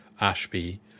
Ashby